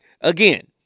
Again